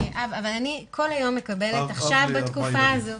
אב לארבעה ילדים.